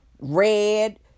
red